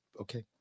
okay